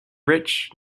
rich